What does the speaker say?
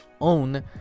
own